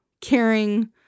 caring